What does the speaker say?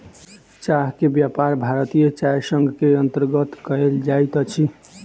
चाह के व्यापार भारतीय चाय संग के अंतर्गत कयल जाइत अछि